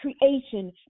creation